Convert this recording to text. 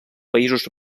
països